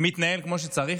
מתנהל כמו שצריך?